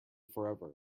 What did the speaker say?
forever